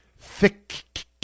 Thick